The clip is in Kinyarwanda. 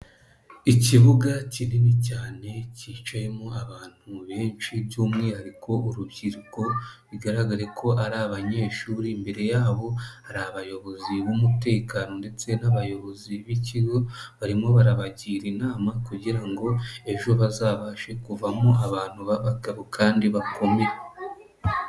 Ikibuga kinini cyane kicayemo abantu benshi by'umwihariko urubyiruko bigaragare ko ari abanyeshuri, imbere yabo hari abayobozi b'umutekano ndetse n'abayobozi b'ikigo, barimo barabagira inama kugira ngo ejo bazabashe kuvamo abantu b'abagabo kandi bakomeye.